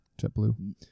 JetBlue